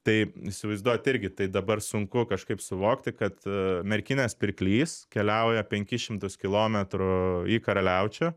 tai įsivaizduojat irgi tai dabar sunku kažkaip suvokti kad merkinės pirklys keliauja penkis šimtus kilometrų į karaliaučių